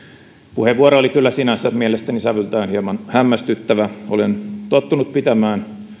puheenvuoro oli kyllä sinänsä mielestäni sävyltään hieman hämmästyttävä olen tottunut pitämään